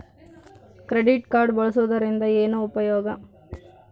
Credit card ಬಳಸುವದರಿಂದ ಏನು ಉಪಯೋಗ?